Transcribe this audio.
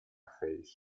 face